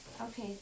Okay